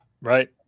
Right